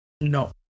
no